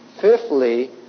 Fifthly